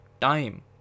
time